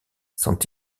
sont